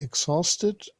exhausted